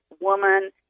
woman